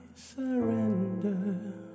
surrender